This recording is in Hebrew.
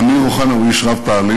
אמיר אוחנה הוא איש רב-פעלים,